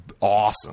awesome